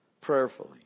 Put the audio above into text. Prayerfully